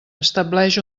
estableix